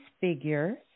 figure